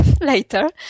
later